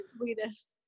sweetest